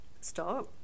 Stop